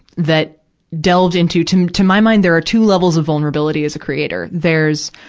that delved into to to my mind, there are two levels of vulnerability as a creator there's,